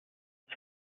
ich